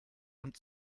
und